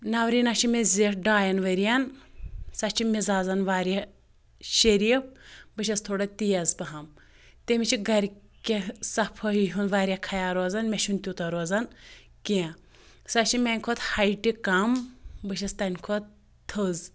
نورینا چھِ مےٚ زِٹھ ڈایَن ؤرۍ ین سۄ چھِ مزازن واریاہ شریٖفِ بہٕ چھَس تھوڑا تیٖز پہم تٔمِس چھُ گر کیہ صفٲیی ہُنٛد واریاہ خیال روزان مےٚ چھُنہٕ تیوٗتاہ روزان کینٛہہ سۄ چھِ میانہِ کھۄتہٕ ہایٹہِ کم بہٕ چھس تٔہنٛدِ کھۄتہٕ تھٔز